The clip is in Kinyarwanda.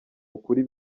ukuri